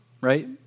right